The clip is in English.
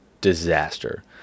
disaster